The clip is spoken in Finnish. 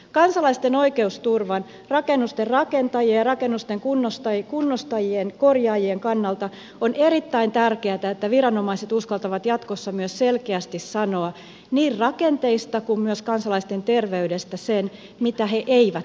kansalaisten oikeusturvan rakennusten rakentajien ja rakennusten kunnostajien korjaajien kannalta on erittäin tärkeätä että viranomaiset uskaltavat jatkossa myös selkeästi sanoa niin rakenteista kuin myös kansalaisten terveydestä sen mitä he eivät tiedä